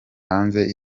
hanze